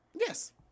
Yes